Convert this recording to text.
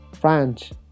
French